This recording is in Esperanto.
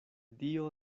dio